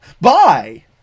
Bye